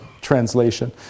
translation